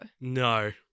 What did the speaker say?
No